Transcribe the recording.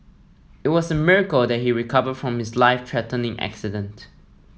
it was a miracle that he recovered from his life threatening accident